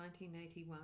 1981